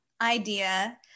idea